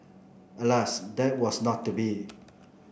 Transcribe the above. alas that was not to be